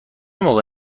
موقع